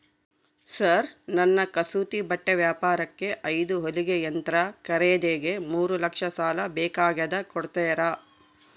Sir ನನ್ನ ಕಸೂತಿ ಬಟ್ಟೆ ವ್ಯಾಪಾರಕ್ಕೆ ಐದು ಹೊಲಿಗೆ ಯಂತ್ರ ಖರೇದಿಗೆ ಮೂರು ಲಕ್ಷ ಸಾಲ ಬೇಕಾಗ್ಯದ ಕೊಡುತ್ತೇರಾ?